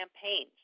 campaigns